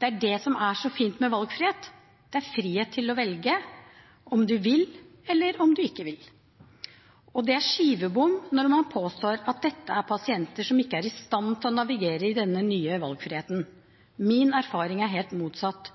Det er det som er så fint med valgfrihet. Det er frihet til å velge om du vil eller ikke vil. Det er skivebom når man påstår at dette er pasienter som ikke er i stand til å navigere i denne nye valgfriheten. Min erfaring er helt motsatt.